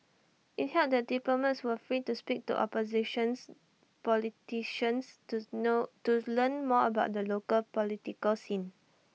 IT held that diplomats were free to speak to oppositions politicians to know to learn more about the local political scene